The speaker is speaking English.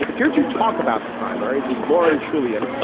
here to talk about the primaries is lauren trillion,